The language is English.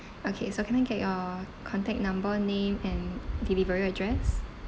okay so can I get your contact number name and delivery address